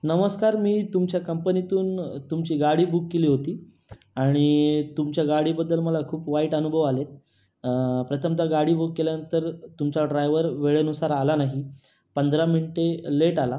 नमस्कार मी तुमच्या कंपनीतून तुमची गाडी बुक केली होती आणि तुमच्या गाडीबद्दल मला खूप वाईट अनुभव आले आहेत प्रथमत गाडी बुक केल्यानंतर तुमचा ड्रायव्हर वेळेनुसार आला नाही पंधरा मिंटे लेट आला